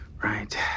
Right